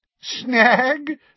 Snag